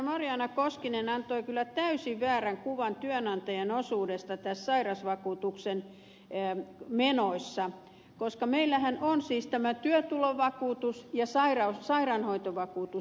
marjaana koskinen antoi kyllä täysin väärän kuvan työnantajien osuudesta sairausvakuutuksen menoissa koska meillähän on siis tämä työtulovakuutus ja sairaanhoitovakuutus